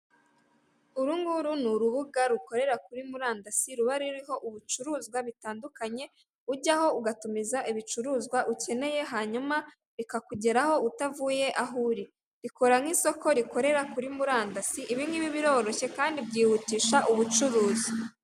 Urunguru ni urubuga rukorera kuri murandasi ruba ruriho ibicuruzwa bitandukanye ujyaho ugatumiza ibicuruzwa ukeneye hanyuma bikakugeraho utavuye aho uri, ikora nk'isoko rikorera kuri murandasi ibingibi biroroshye kandi byihutisha ubucuruzi.